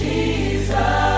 Jesus